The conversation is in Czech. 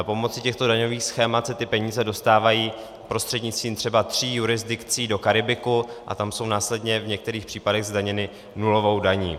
Pomocí těchto daňových schémat se ty peníze dostávají prostřednictvím třeba tří jurisdikcí do Karibiku a tam jsou následně v některých případech zdaněny nulovou daní.